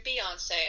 beyonce